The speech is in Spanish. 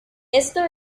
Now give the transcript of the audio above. esto